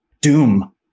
doom